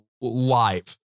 live